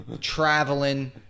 traveling